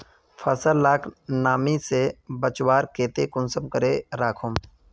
फसल लाक नमी से बचवार केते कुंसम करे राखुम?